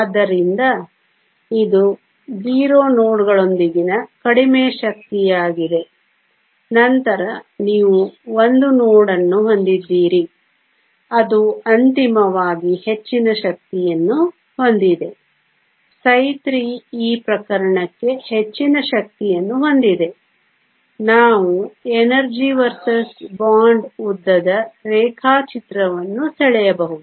ಆದ್ದರಿಂದ ಇದು 0 ನೋಡ್ಗಳೊಂದಿಗಿನ ಕಡಿಮೆ ಶಕ್ತಿಯಾಗಿದೆ ನಂತರ ನೀವು 1 ನೋಡ್ ಅನ್ನು ಹೊಂದಿದ್ದೀರಿ ಅದು ಅಂತಿಮವಾಗಿ ಹೆಚ್ಚಿನ ಶಕ್ತಿಯನ್ನು ಹೊಂದಿದೆ ψ3 ಈ ಪ್ರಕರಣಕ್ಕೆ ಹೆಚ್ಚಿನ ಶಕ್ತಿಯನ್ನು ಹೊಂದಿದೆ ನಾವು ಎನರ್ಜಿ ವರ್ಸಸ್ ಬಾಂಡ್ ಉದ್ದದ ರೇಖಾಚಿತ್ರವನ್ನು ಸೆಳೆಯಬಹುದು